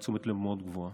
בתשומת לב מאוד גבוהה.